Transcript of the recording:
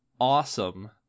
awesome